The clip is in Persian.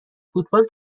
فوتبال